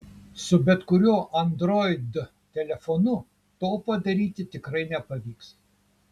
su bet kuriuo android telefonu to padaryti tikrai nepavyks